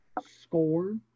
score